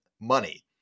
money